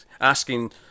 asking